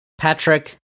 Patrick